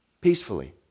peacefully